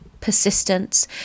persistence